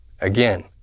Again